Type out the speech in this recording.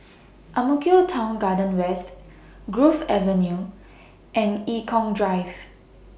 Ang Mo Kio Town Garden West Grove Avenue and Eng Kong Drive